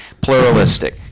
pluralistic